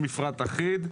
יש מפרט אחיד,